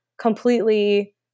completely –